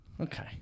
Okay